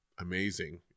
amazing